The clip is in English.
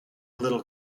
little